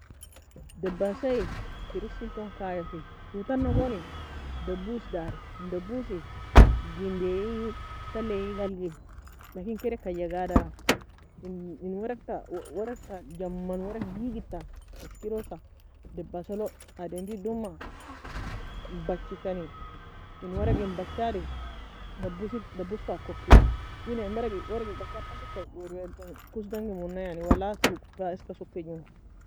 دباسة terise elton kaya fe toue tana goni دبوس daffi en دبوس e gendai talie ga algi, لكن kedka jagadra, en ورق ka jamen ورق deagid ta eskirousa دباسة log ademri douma bachi kani en ورق en bachadi دبوس fa koki wida en ورق en bachd wer wer dan kose dangi mona wala touge taka fa eska sokimo